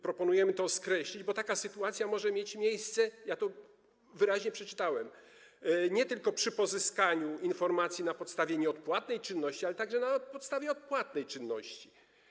Proponujemy to skreślić, bo taka sytuacja może mieć miejsce - ja to wyraźnie przeczytałem - nie tylko przy pozyskiwaniu informacji na podstawie nieodpłatnej czynności, ale także na podstawie odpłatnej czynności.